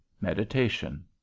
Meditation